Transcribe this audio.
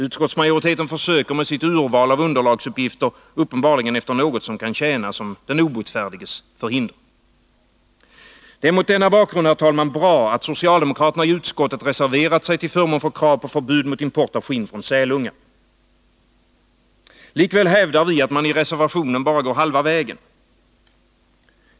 Utskottsmajoriteten söker med sitt urval av underlagsuppgifter uppenbarligen efter något som kan tjäna som den obotfärdiges förhinder. Det är, herr talman, mot denna bakgrund bra att socialdemokraterna i utskottet reserverat sig till förmån för krav på förbud mot import av skinn från sälungar. Likväl hävdar vi att man i reservationen bara går halva vägen.